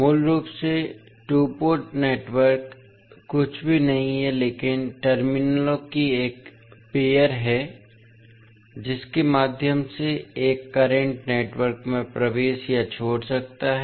मूल रूप से टू पोर्ट नेटवर्क कुछ भी नहीं है लेकिन टर्मिनलों की एक पेअर है जिसके माध्यम से एक करंट नेटवर्क में प्रवेश या छोड़ सकता है